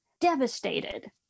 devastated